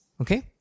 Okay